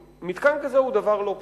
מתקן כזה הוא דבר לא פשוט.